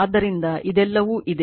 ಆದ್ದರಿಂದ ಇದೆಲ್ಲವೂ ಇದೆ